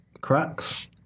cracks